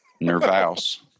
nervous